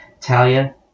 Talia